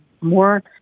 more